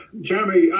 Jeremy